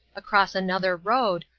across another road,